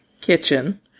kitchen